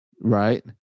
Right